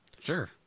Sure